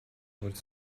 would